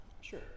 Sure